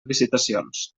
licitacions